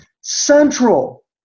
central